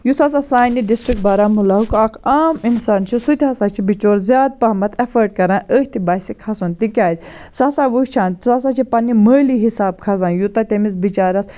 یُس ہَسا سانہِ ڈِسٹرک بارامُلاہُک اکھ عام اِنسان چھُ سُہ تہِ ہَسا چھُ بِچور زیاد پَہمَتھ ایٚفٲڈ کَران أتھۍ بَسہِ کھَسُن تکیازِ سُہ ہَسا وٕچھان سُہ ہَسا چھُ پَننہِ مٲلی حِساب کھَسان یوٗتاہ تمِس بِچارَس